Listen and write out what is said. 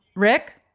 rick.